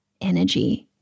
energy